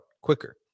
quicker